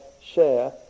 share